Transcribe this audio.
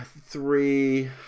three